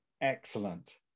Excellent